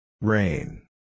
Rain